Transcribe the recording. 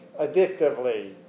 addictively